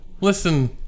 listen